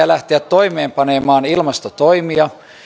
lähteä toimeenpanemaan ilmastotoimia